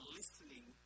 listening